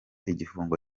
igifungo